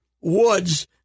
woods